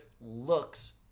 looks